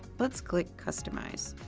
let's click customize.